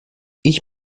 ich